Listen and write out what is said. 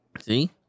See